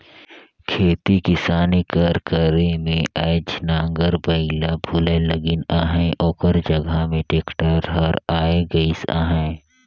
खेती किसानी कर करे में आएज नांगर बइला भुलाए लगिन अहें ओकर जगहा में टेक्टर हर आए गइस अहे